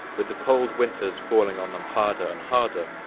with the cold winters falling on them harder and harder,